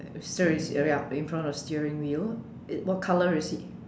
steering yup yup in front of steering wheel what color is he